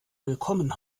willkommen